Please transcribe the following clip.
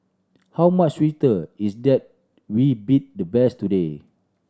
how much sweeter it's that we beat the best today